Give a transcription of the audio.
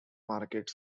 market